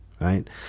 right